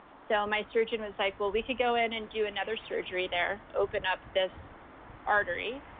so my surgeon was like, well, we could go in and do another surgery there, open up this artery,